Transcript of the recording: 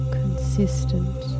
consistent